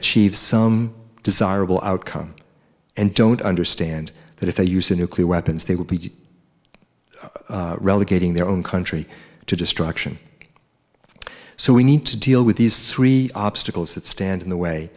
achieve some desirable outcome and don't understand that if they use a nuclear weapons they will be relegating their own country to destruction so we need to deal with these three obstacles that stand in the way